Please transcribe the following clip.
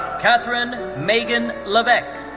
katherine megan levesque.